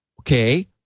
okay